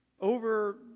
over